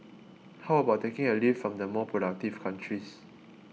how about taking a leaf from the more productive countries